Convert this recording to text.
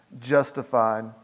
justified